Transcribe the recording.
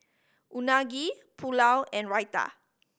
Unagi Pulao and Raita